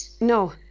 No